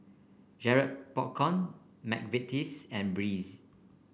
Garrett Popcorn McVitie's and Breeze